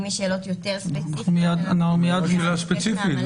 אם יש שאלות יותר ספציפיות --- זו לא שאלה ספציפית,